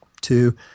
Two